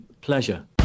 Pleasure